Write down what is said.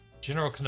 General